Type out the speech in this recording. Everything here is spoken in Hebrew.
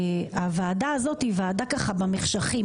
הוועדה הזאת היא ועדה ככה במחשכים,